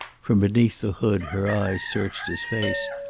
from beneath the hood her eyes searched his face.